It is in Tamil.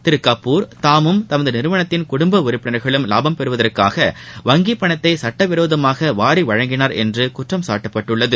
திரு கபூர் தாமும் தமது நிறுவனத்தின் குடும்ப உறுப்பினர்களும் லாபம் பெறுவதற்காக வங்கி பணத்தை சட்ட விரோதமாக வாரி வழங்கினார் என்று குற்றம் சாட்டப்பட்டுள்ளது